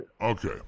Okay